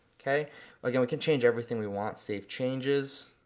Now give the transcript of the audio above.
okay again we can change everything we want, save changes.